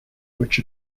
which